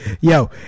yo